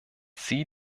sie